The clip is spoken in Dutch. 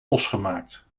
losgemaakt